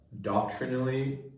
doctrinally